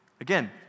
Again